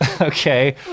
Okay